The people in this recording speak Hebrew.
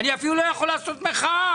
אני אפילו לא יכול לעשות מחאה.